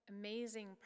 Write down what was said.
amazing